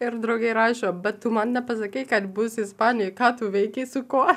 ir draugė rašo bet tu man nepasakei kad būsi ispanijoj ką tu veikei su ko